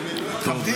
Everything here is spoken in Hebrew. לכם.